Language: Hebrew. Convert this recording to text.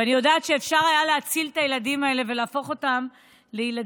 ואני יודעת שאפשר היה להציל את הילדים האלה ולהפוך אותם לילדים